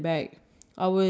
okay